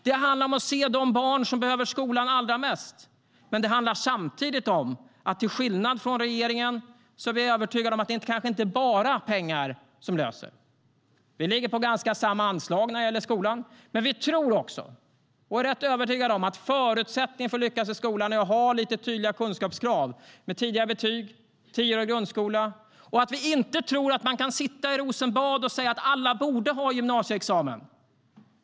Det handlar om att se de barn som behöver skolan allra mest. Men till skillnad från regeringen är vi övertygade om att det kanske inte bara är pengar som löser detta. Vi ligger på ungefär samma anslag när det gäller skolan, men vi är rätt övertygade om att förutsättningen för att lyckas i skolan är att man har tydliga kunskapskrav, tidigare betyg och en tioårig grundskola. Vi tror inte att man kan sitta i Rosenbad och säga att alla borde ha en gymnasieexamen.